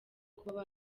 kuba